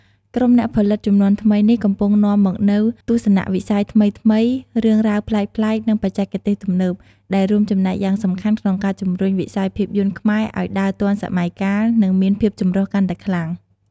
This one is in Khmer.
ក្រុមអ្នកផលិតជំនាន់ថ្មីនេះ កំពុងនាំមកនូវទស្សនវិស័យថ្មីៗ រឿងរ៉ាវប្លែកៗ និងបច្ចេកទេសទំនើប ដែលរួមចំណែកយ៉ាងសំខាន់ក្នុងការជំរុញវិស័យភាពយន្តខ្មែរឱ្យដើរទាន់សម័យកាល និងមានភាពចម្រុះកាន់តែខ្លាំង។